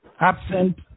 absent